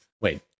Wait